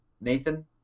Nathan